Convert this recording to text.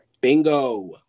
Bingo